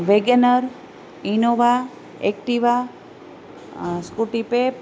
Wagon R Innova Activa scooty pep